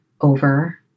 over